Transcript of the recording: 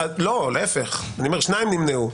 שניים נמנעו.